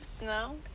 No